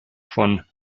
von